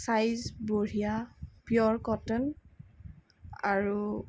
size বঢ়িয়া পিয়'ৰ cotton আৰু